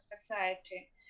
society